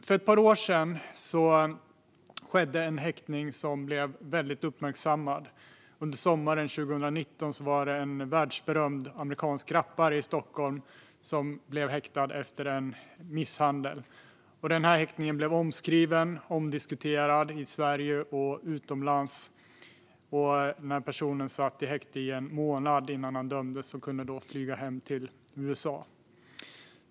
För ett par år sedan, under sommaren 2019, skedde en häktning som blev väldigt uppmärksammad. En världsberömd amerikansk rappare blev häktad i Stockholm efter en misshandel. Häktningen blev omskriven och omdiskuterad i Sverige och utomlands. Personen satt i häkte i en månad innan han dömdes och kunde flyga hem till USA.